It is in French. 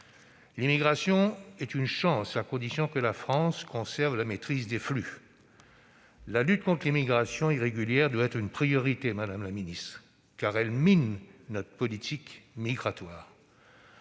L'immigration est une chance, à condition que la France conserve la maîtrise des flux. La lutte contre l'immigration irrégulière doit être une priorité, madame la ministre, car elle mine notre politique migratoire.